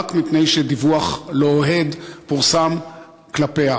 רק מפני שדיווח לא אוהד פורסם כלפיה.